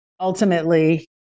Ultimately